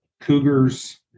Cougars